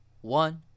One